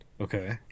Okay